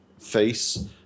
face